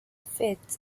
fitz